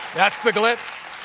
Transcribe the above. that's the glitz.